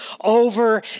over